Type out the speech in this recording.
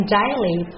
daily